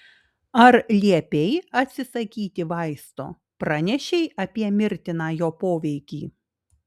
ar liepei atsisakyti vaisto pranešei apie mirtiną jo poveikį